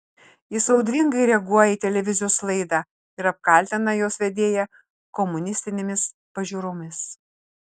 jis audringai reaguoja į televizijos laidą ir apkaltina jos vedėją komunistinėmis pažiūromis